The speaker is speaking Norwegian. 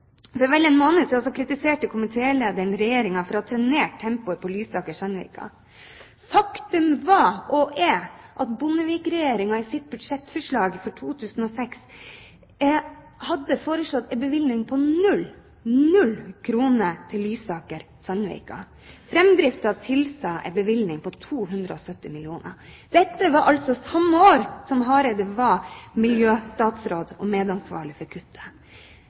For vel en måned siden kritiserte komitélederen Regjeringen for å ha trenert tempoet på Lysaker–Sandvika. Faktum var, og er, at Bondevik-regjeringen i sitt budsjettforslag for 2006 hadde foreslått en bevilgning på null – null – kroner til Lysaker–Sandvika. Framdriften tilsa en bevilgning på 270 mill. kr. Dette var altså samme år som Hareide var miljøstatsråd og medansvarlig for kuttet.